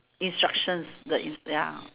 instructions the in ya